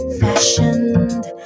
fashioned